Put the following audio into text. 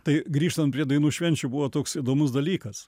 tai grįžtant prie dainų švenčių buvo toks įdomus dalykas